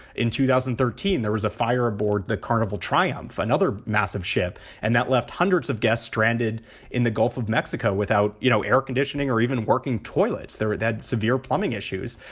in two thousand and thirteen, there was a fire aboard the carnival triumph, another massive ship, and that left hundreds of guests stranded in the gulf of mexico without, you know, air conditioning or even working toilets. there were that severe plumbing issues.